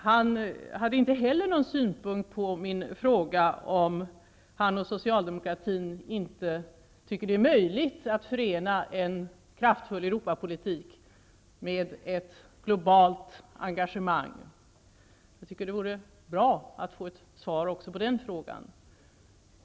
Han hade inte heller någon synpunkt på min fråga om han och socialdemokratin inte tycker att det är möjligt att förena en kraftfull Europapolitik med ett globalt engagemang. Jag tycker det vore bra att få ett svar också på den frågan.